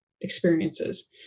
experiences